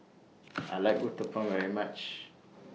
I like Uthapam very much